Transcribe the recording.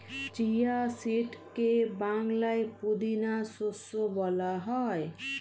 chia সিডকে বাংলায় পুদিনা শস্য বলা হয়